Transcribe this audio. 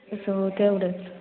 असं हो तेवढंच